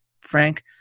Frank